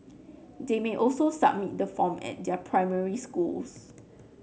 they may also submit the form at their primary schools